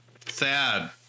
Thad